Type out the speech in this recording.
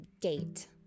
gate